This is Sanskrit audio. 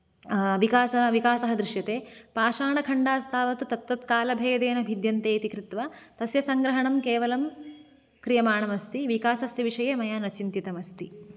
विकासः विकासः दृश्यते पाषाणखण्डास्तावत् तत्तत् कालभेदेन भिद्यन्ते इति कृत्वा तस्य सङ्ग्रहणं केवलं क्रियमाणम् अस्ति विकासस्य विषये मया न चिन्तितम् अस्ति